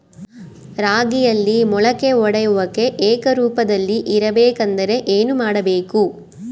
ರಾಗಿಯಲ್ಲಿ ಮೊಳಕೆ ಒಡೆಯುವಿಕೆ ಏಕರೂಪದಲ್ಲಿ ಇರಬೇಕೆಂದರೆ ಏನು ಮಾಡಬೇಕು?